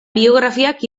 biografiak